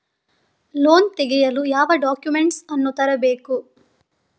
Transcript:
Loan ತೆಗೆಯಲು ಯಾವ documents ಅನ್ನು ತರಬೇಕು?